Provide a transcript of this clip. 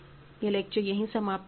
यह लेक्चर यहीं समाप्त होता है